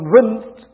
convinced